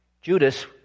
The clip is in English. Judas